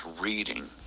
reading